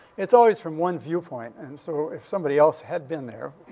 it's always from one viewpoint. and so if somebody else had been there,